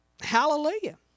Hallelujah